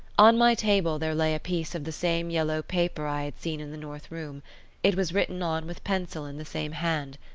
on my table there lay a piece of the same yellow paper i had seen in the north room it was written on with pencil in the same hand,